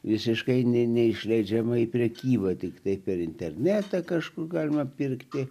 visiškai ne neišleidžiama į prekybą tiktai per internetą kažkur galima pirkti